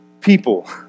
people